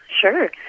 Sure